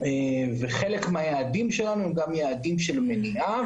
וחלק מהיעדים שלנו הם גם יעדים של מניעה.